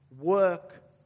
work